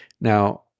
Now